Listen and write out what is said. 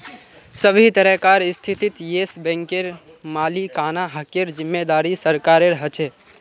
सभी तरहकार स्थितित येस बैंकेर मालिकाना हकेर जिम्मेदारी सरकारेर ह छे